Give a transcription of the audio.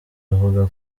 avuga